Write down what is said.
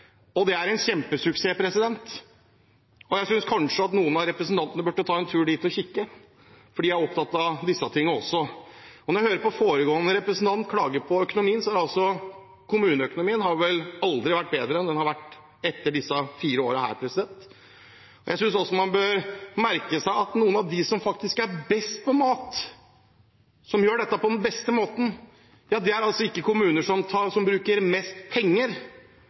Det er en kjempesuksess, og jeg synes kanskje at noen av representantene burde ta en tur dit og kikke, for de er opptatt av disse tingene også. Og når jeg hører foregående representant klage over økonomien: Kommuneøkonomien har vel aldri vært bedre enn det den har vært etter disse fire årene. Jeg synes også man bør merke seg at noen av dem som faktisk er best på mat, som gjør dette på den beste måten, ikke er kommuner som bruker mest penger på hver. Det handler om hvordan man gjør det, og hvordan man tenker, om filosofien og om kreativiteten som